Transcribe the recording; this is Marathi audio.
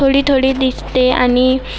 थोडी थोडी दिसते आणि